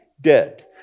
dead